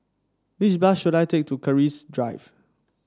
which bus should I take to Keris Drive